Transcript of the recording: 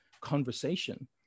conversation